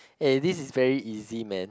eh this is very easy man